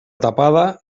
tapada